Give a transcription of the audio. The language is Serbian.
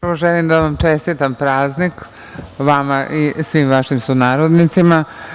Prvo želim da vam čestitam praznik vama i svim vašim sunarodnicima.